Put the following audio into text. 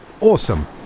awesome